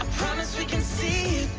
promise we can see